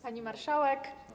Pani Marszałek!